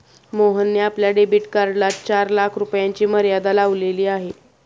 मोहनने आपल्या डेबिट कार्डला चार लाख रुपयांची मर्यादा लावलेली आहे